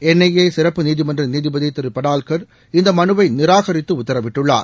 NIA சிறப்பு நீதிமன்ற நீதிபதி திரு படால்கர் இந்த மனுவை நிராகரித்து உத்தரவிட்டுள்ளார்